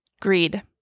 greed